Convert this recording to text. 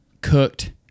cooked